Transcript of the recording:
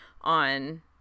on